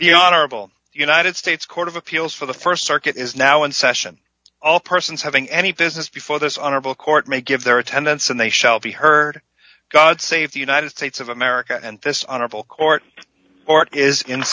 honorable united states court of appeals for the st circuit is now in session all persons having any business before this honorable court may give their attendance and they shall be heard god save the united states of america and this honorable court or it is in